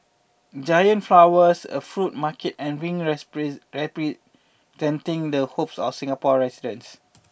giant flowers a fruit market and rings representing the hopes of Singapore residents